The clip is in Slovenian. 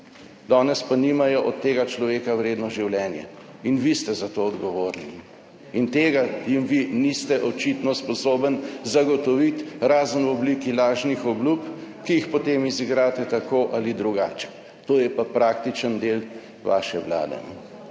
Danes pa nimajo od tega človeka vredno življenje in vi ste za to odgovorni. In tega jim vi niste očitno sposoben zagotoviti razen v obliki lažnih obljub, ki jih potem izigrate tako ali drugače, to je pa praktičen del vaše vlade.